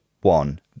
one